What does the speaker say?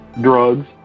drugs